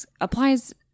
applies